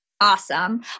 Awesome